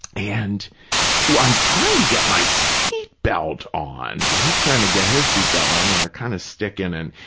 and i'm trying to get my seatbelt on and he's trying to get his seatbelt on and they're kind of sticking and,